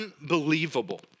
unbelievable